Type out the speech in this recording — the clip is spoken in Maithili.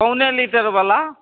पौने लीटर बला